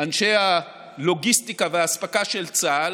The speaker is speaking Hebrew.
ואנשי הלוגיסטיקה והאספקה של צה"ל